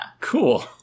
Cool